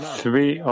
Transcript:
three